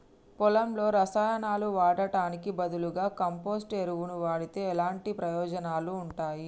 పొలంలో రసాయనాలు వాడటానికి బదులుగా కంపోస్ట్ ఎరువును వాడితే ఎలాంటి ప్రయోజనాలు ఉంటాయి?